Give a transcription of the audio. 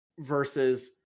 versus